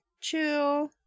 chill